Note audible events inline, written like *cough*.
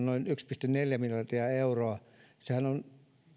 *unintelligible* noin yksi pilkku neljä miljardia euroa